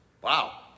Wow